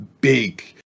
big